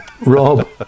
Rob